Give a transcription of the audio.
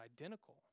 identical